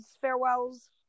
farewells